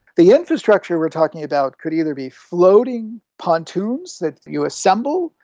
the infrastructure we are talking about could either be floating pontoons that you assemble,